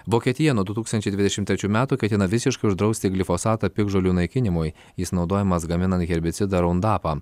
vokietija nuo du tūkstančiai dvidešim trečių metų ketina visiškai uždrausti glifosatą piktžolių naikinimui jis naudojamas gaminant herbicidą raundapą